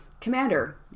Commander